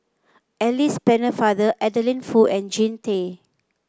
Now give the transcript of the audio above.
Alice Pennefather Adeline Foo and Jean Tay